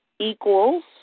Equals